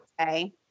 okay